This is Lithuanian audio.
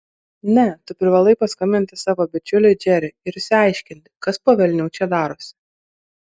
ne tu privalai paskambinti savo bičiuliui džeriui ir išsiaiškinti kas po velnių čia darosi